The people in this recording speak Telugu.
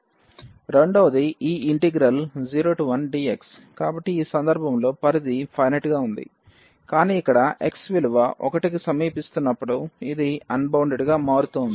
రెండవది ఈ 01dx కాబట్టి ఈ సందర్భంలో పరిధి ఫైనెట్ గా ఉంది కానీ ఇక్కడ x విలువ 1 కు సమీపిస్తున్నప్పుడు ఇది అన్బౌండెడ్ గా మారుతోంది